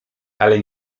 ale